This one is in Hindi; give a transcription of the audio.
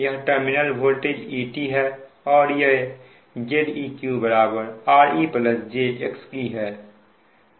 यह टर्मिनल वोल्टेज Et है और ये Zeq re j xe है